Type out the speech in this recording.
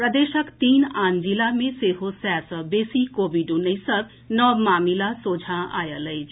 प्रदेशक तीन आन जिला मे सेहो सय सँ बेसी कोविड उन्नैसक नव मामिला सोझा आयल अछि